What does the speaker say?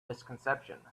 misconception